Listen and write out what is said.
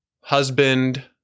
Husband